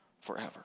forever